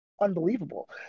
unbelievable